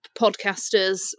podcasters